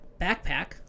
backpack